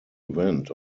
event